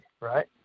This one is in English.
right